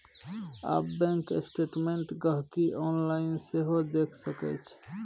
आब bank statement गांहिकी online सेहो देखि सकै छै